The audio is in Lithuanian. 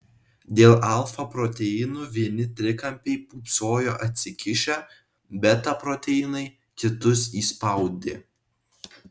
dėl alfa proteinų vieni trikampiai pūpsojo atsikišę beta proteinai kitus įspaudė